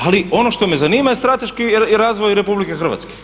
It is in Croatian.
Ali ono što me zanima je strateški razvoj RH.